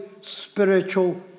spiritual